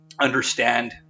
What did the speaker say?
Understand